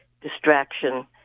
distraction